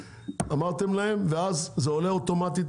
אמרתם להם ואז זה אוטומטי עולה,